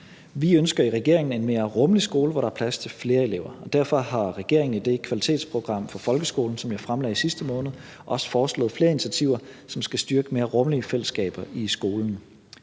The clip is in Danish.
Vi ønsker i regeringen en mere rummelig skole, hvor der er plads til flere elever, og derfor har regeringen i det kvalitetsprogram for folkeskolen, som jeg fremlagde sidste måned, også foreslået flere initiativer, som skal styrke mere rummelige fællesskaber i skolen.